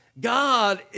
God